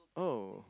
oh